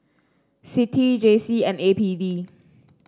CITI J C and A P D